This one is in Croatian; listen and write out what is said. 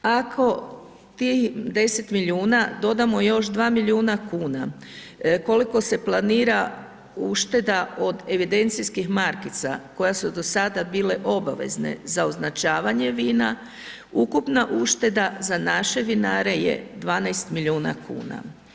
Ako tim 10 milijuna dodamo još 2 milijuna kuna koliko se planira ušteda od evidencijskih markica koja su do sada bile obavezne za označavanje vina, ukupna ušteda za naše vinare je 12 milijuna kuna.